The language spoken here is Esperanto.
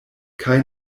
kaj